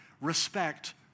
respect